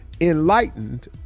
enlightened